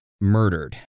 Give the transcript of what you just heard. murdered